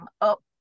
Up